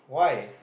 why